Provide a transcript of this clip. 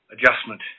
adjustment